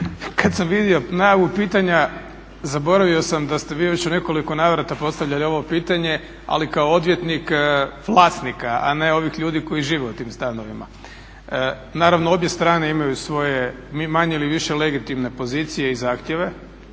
kad sam vidio najavu pitanja zaboravio sam da ste vi već u nekoliko navrata postavljali ovo pitanje, ali kao odvjetnik vlasnika a ne ovih ljudi koji žive u tim stanovima. Naravno, obje strane imaju svoje manje ili više legitimne pozicije i zahtjeve,